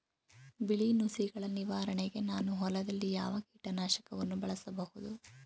ಬಿಳಿ ನುಸಿಗಳ ನಿವಾರಣೆಗೆ ನಾನು ಹೊಲದಲ್ಲಿ ಯಾವ ಕೀಟ ನಾಶಕವನ್ನು ಬಳಸಬಹುದು?